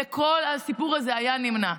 וכל הסיפור הזה היה נמנע.